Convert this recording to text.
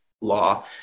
law